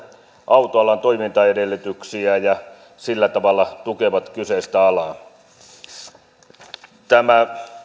autoalan toimintaedellytyksiä ja sillä tavalla tukevat kyseistä alaa tämä